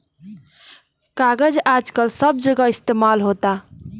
कागज आजकल सब जगह इस्तमाल होता